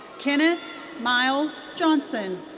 kenneth myles johnson.